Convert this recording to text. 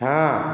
ହଁ